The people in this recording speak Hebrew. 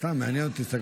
סתם מעניין אותי.